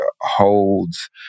holds